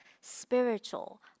spiritual